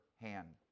hand